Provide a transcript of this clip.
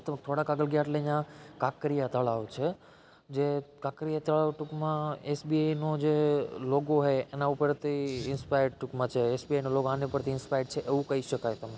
થોડાક આગળ ગયા એટલે ત્યાં કાંકરિયા તળાવ છે જે કાંકરિયા તળાવ ટુંકમાં એસબીઆઇનો જે લોગો છે એના ઉપરથી ઇન્સપાયર ટુંકમાં છે એસબીઆઇનો લોગો આની ઉપરથી ઇન્સપાયર છે એવું કહી શકાય તમે